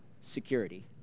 security